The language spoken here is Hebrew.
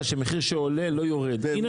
שמחיר שעולה לא יורד, הנה,